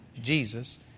Jesus